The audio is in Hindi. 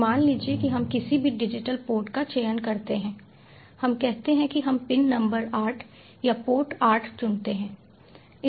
तो मान लीजिए कि हम किसी भी डिजिटल पोर्ट का चयन करते हैं हम कहते हैं कि हम पिन नंबर 8 या पोर्ट 8 चुनते हैं